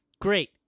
great